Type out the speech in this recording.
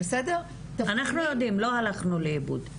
אנחנו יודעים, לא הלכנו לאיבוד.